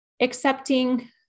accepting